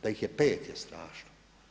Da ih je 5 je strašno.